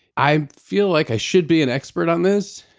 i feel like i should be an expert on this,